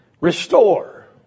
restore